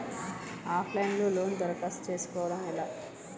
Of line లో loan దరఖాస్తు చేసుకోవడం ఎలా?